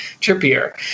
trippier